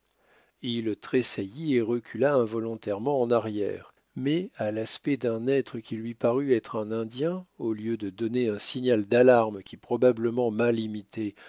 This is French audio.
il tressaillit et recula involontairement en arrière mais à l'aspect d'un être qui lui parut être un indien au lieu de donner un signal d'alarme qui probablement mal